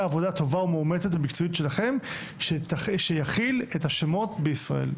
עבודה טובה ומאומצת ומקצועית שלכם שיכיל את השמות בישראל.